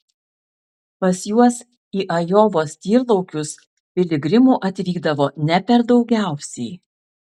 pas juos į ajovos tyrlaukius piligrimų atvykdavo ne per daugiausiai